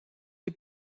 die